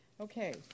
Okay